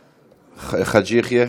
חאג' יחיא,